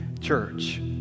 church